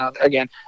again